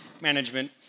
Management